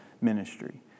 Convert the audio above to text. ministry